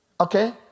okay